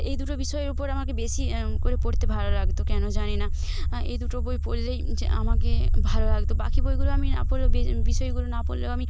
এই দুটো বিষয়ের উপর আমাকে বেশি করে পড়তে ভালো লাগত কেন জানি না এই দুটো বই পড়লেই যে আমাকে ভালো লাগত বাকি বইগুলো আমি না পড়লেও বিষয়গুলো না পড়লেও আমি